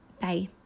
Bye